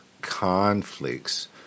conflicts